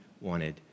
wanted